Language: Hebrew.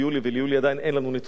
וליולי עדיין אין לנו נתונים,